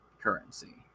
currency